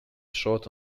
shot